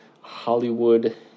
Hollywood